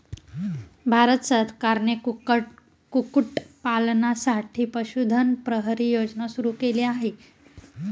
भारत सरकारने कुक्कुटपालनासाठी पशुधन प्रहरी योजना सुरू केली आहे